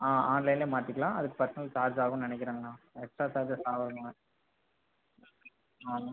ஆ ஆன்லைன்ல மாற்றிக்கிலாம் அதுக்கு பர்ஸ்னல் சார்ஜ் ஆகும் நினைக்கிறங்ணா எக்ஸ்ட்ரா சார்ஜஸ் அவும்ங்க